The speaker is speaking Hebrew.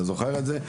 אתה זוכר את זה?